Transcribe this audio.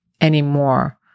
anymore